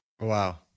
Wow